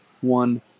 One